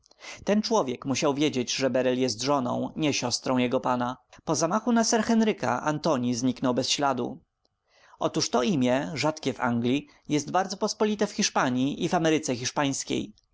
ten człowiek musiał wiedzieć że beryl jest żoną nie siostrą jego pana po zamachu na sir henryka antoni zniknął bez śladu otóż to imię rzadkie w anglii jest bardzo pospolite w hiszpanii i w ameryce hiszpańskiej